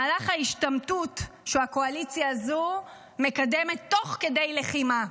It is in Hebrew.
מהלך ההשתמטות שהקואליציה הזו מקדמת תוך כדי לחימה.